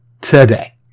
today